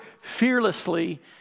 fearlessly